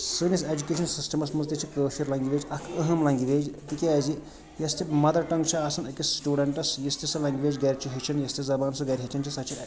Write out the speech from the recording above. سٲنِس ایٚجوٗکیشَن سِسٹَمَس منٛز تہِ چھِ کٲشِر لینٛگویج اَکھ أہم لنٛگویج تِکیٛازِ یۄس تہِ مَدَر ٹنٛگ چھِ آسان أکِس سٹوٗڈَنٛٹَس یُس تہِ سۄ لینٛگویج گَرِ چھِ ہیٚچھان یُس تہِ زَبان سُہ گَرِ ہیٚچھان چھِ سۄ چھِ